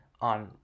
on